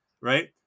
right